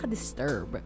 disturb